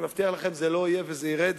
אני מבטיח לכם שזה לא יהיה וזה ירד.